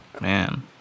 Man